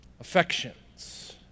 affections